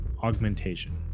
augmentation